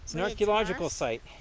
an archeological site,